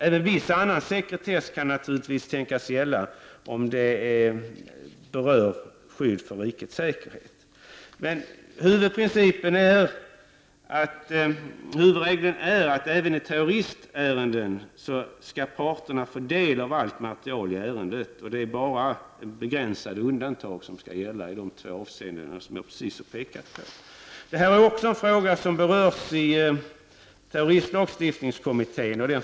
Även viss annan sekretess kan naturligtvis tänkas gälla om den är att hänföra till skydd för rikets säkerhet. Huvudregeln är dock att parterna även i terroristärenden skall få del av allt material. Bara i begränsad omfattning skall undantag gälla, nämligen i de fall som jag här har pekat på. Frågan om vilken sekretess som skall gälla i denna typ av ärenden berörs också av terroristlagstiftningskommittén.